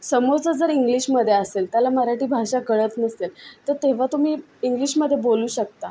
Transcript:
समोरचा जर इंग्लिशमध्ये असेल त्याला जर मराठी भाषा कळत नसेल तर तेव्हा तुम्ही इंग्लिशमध्ये बोलू शकता